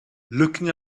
looking